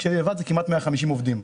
כמעט 150 עובדים,